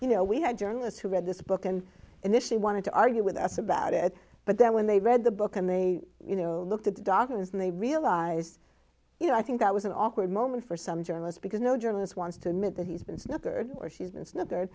you know we had journalists who read this book and initially wanted to argue with us about it but then when they read the book and they looked at the documents and they realized you know i think that was an awkward moment for some journalist because no journalist wants to admit that he's been snookered or she's been sno